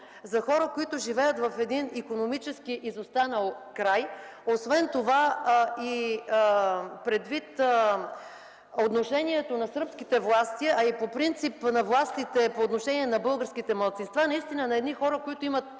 за хора, които живеят в един икономически изостанал край. Също така, като се има предвид отношението на сръбските власти, а и по принцип на властите към българските малцинства, това наистина са едни хора, които имат